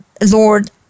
Lord